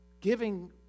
Giving